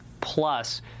Plus